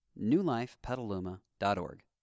newlifepetaluma.org